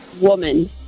woman